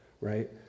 right